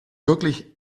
wirklich